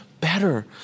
better